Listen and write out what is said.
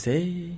Say